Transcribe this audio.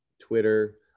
Twitter